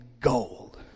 gold